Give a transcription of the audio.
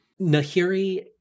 Nahiri